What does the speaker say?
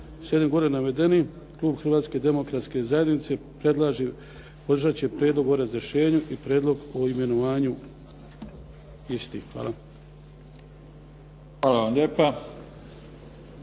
Slijedom gore navedenog klub Hrvatske demokratske zajednice podržat će Prijedlog o razrješenju i Prijedlog o imenovanju istih. Hvala. **Mimica,